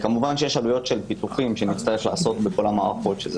כמובן יש עלויות של ביטוחים שנצטרך לעשות בכל המערכות.